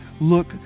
look